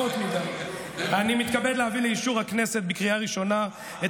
אופיר, חבר הכנסת נאור שירי, די.